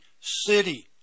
city